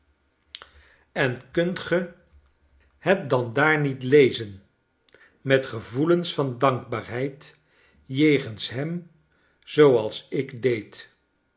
en kunt ge tafeueelen utt italte het dan daar niet lezen met gevoelens van dankbaarheid jegens hem zooals ik deed